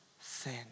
sin